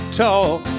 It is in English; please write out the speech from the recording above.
talk